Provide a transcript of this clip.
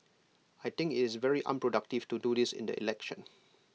I think IT is very unproductive to do this in the election